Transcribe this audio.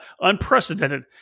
unprecedented